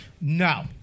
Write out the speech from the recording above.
no